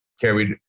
carried